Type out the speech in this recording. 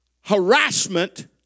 harassment